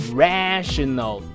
rational